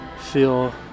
feel